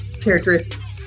characteristics